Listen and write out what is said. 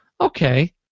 Okay